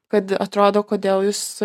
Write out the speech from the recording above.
kad atrodo kodėl jūs